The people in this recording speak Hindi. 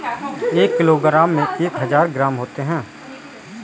एक किलोग्राम में एक हजार ग्राम होते हैं